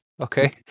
Okay